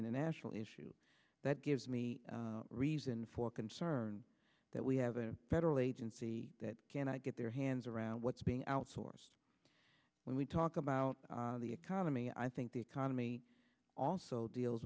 international issue that gives me reason for concern that we have a federal agency that cannot get their hands around what's being outsourced when we talk about the economy i think the economy also deals